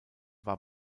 war